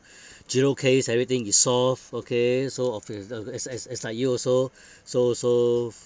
zero case everything is solved okay so of the as as as like you also so so